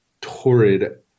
torrid